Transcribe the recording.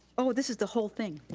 oh, this is the whole thing,